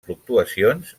fluctuacions